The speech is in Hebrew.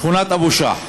שכונת אבו-שאח.